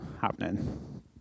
happening